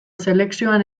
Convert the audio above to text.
selekzioan